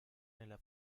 nella